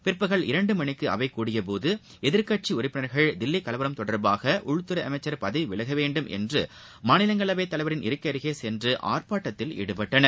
பிற்பகல் இரண்டு மணிக்கு அவை கூடியபோது எதிர்க்கட்சி உறுப்பினர்கள் தில்லி கலவரம் தொடர்பாக உள்துறை அமைச்சர் பதவி விலக வேண்டுமென்று மாநிலங்களவைத் தலைவரின் இருக்கை அருகே சென்று ஆர்ப்பாட்டத்தில் ஈடுபட்டனர்